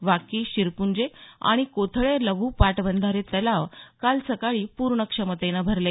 वाकी शिरपुंजे आणि कोथळे लघु पाटबंधारे तलाव काल सकाळी पूर्ण क्षमतेनं भरले